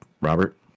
Robert